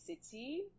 city